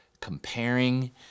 comparing